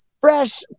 Fresh